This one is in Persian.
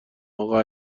اقا